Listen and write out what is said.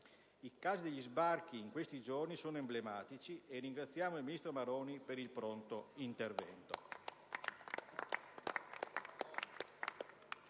I casi degli sbarchi in questi giorni sono emblematici, e ringraziamo il ministro Maroni per il pronto intervento.